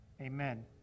amen